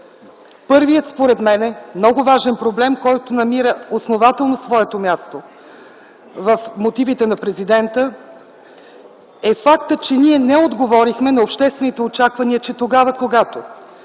Първият, според мен, много важен проблем, който намира основателно своето място в Мотивите на президента, е фактът, че ние не отговорихме на обществените очаквания, че тогава когато